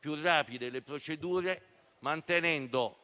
e rapide le procedure, mantenendo